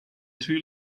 two